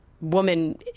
woman